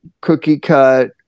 cookie-cut